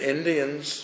Indians